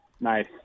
Nice